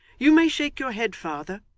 you may shake your head, father,